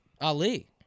Ali